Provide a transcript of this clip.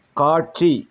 காட்சி